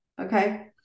Okay